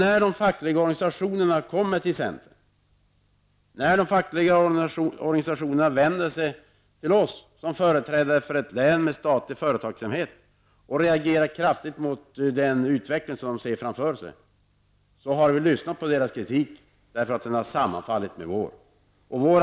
När de fackliga organisationerna som företrädare för ett län med statlig företagsamhet vänder sig till oss i centern och kraftigt reagerar mot den utveckling som de ser framför sig, har vi lyssnat till deras kritik, eftersom den har sammanfallit med vår.